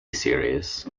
series